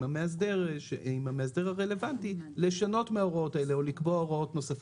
המאסדר הרלוונטי לשנות מההוראות האלה או לקבוע הוראות נוספות,